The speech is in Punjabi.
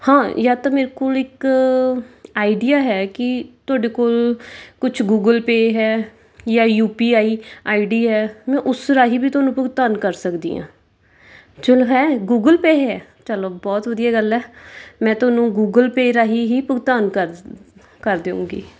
ਹਾਂ ਜਾਂ ਤਾਂ ਮੇਰੇ ਕੋਲ ਇੱਕ ਆਈਡੀਆ ਹੈ ਕੀ ਤੁਹਾਡੇ ਕੋਲ ਕੁਛ ਗੂਗਲ ਪੇ ਹੈ ਜਾਂ U P I I D ਹੈ ਮੈਂ ਉਸ ਰਾਹੀਂ ਵੀ ਤੁਹਾਨੂੰ ਭੁਗਤਾਨ ਕਰ ਸਕਦੀ ਹਾਂ ਚੱਲੋ ਹੈ ਗੂਗਲ ਪੇ ਹੈ ਚੱਲੋ ਬਹੁਤ ਵਧੀਆਂ ਗੱਲ ਹੈ ਮੈਂ ਤੁਹਾਨੂੰ ਗੂਗਲ ਪੇ ਰਾਹੀਂ ਹੀ ਭੁਗਤਾਨ ਕਰ ਕਰ ਦੇਵਾਂਗੀ